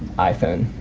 iphone.